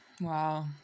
Wow